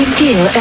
Skill